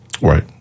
Right